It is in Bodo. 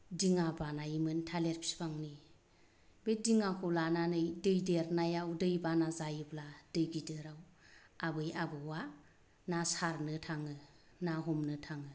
दिङा बानायोमोन थालिर बिफांनि बे दिङाखौ लानानै देरनायाव दै बाना जायोब्ला दै गिदिराव आबै आबौआ ना सारनो थाङो ना हमनो थाङो